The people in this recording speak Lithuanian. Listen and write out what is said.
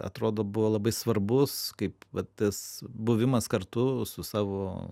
atrodo buvo labai svarbus kaip vat tas buvimas kartu su savo